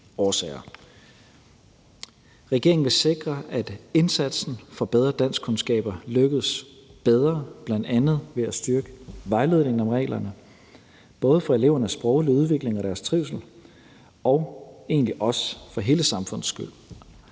Regeringen vil sikre, at indsatsen for bedre danskkundskaber lykkes bedre, bl.a. ved at styrke vejledningen om reglerne, både for elevernes sproglige udvikling og deres trivsel og egentlig også for hele samfundets skyld.